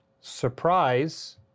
surprise